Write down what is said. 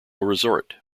resort